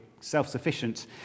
self-sufficient